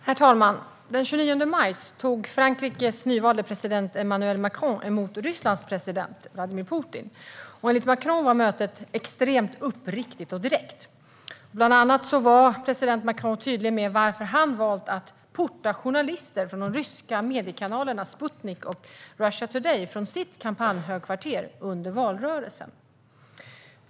Herr talman! Den 29 maj tog Frankrikes nyvalde president Emmanuel Macron emot Rysslands president Vladimir Putin. Enligt Macron var mötet extremt uppriktigt och direkt. Bland annat var president Macron tydlig med varför han valt att porta journalister från de ryska mediekanalerna Sputnik och Russia Today från sitt kampanjhögkvarter under valrörelsen.